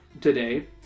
today